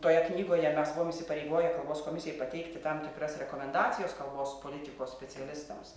toje knygoje mes buvom įsipareigoję kalbos komisijai pateikti tam tikras rekomendacijos kalbos politikos specialistams